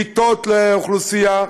מיטות לאוכלוסייה,